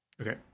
okay